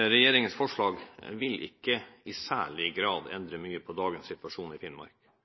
Regjeringens forslag vil ikke i særlig grad endre mye på dagens situasjon i Finnmark, for vi har et etablert løypenett. Men det vil